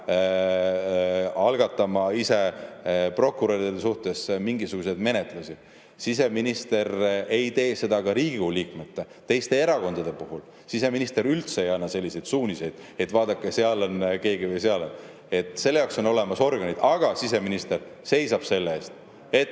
algatama prokuröride suhtes mingisuguseid menetlusi. Siseminister ei tee seda ka Riigikogu liikmete, teiste erakondade puhul. Siseminister üldse ei anna selliseid suuniseid, et vaadake, seal on keegi või seal on. Selle jaoks on olemas organid. Aga siseminister seisab selle eest, et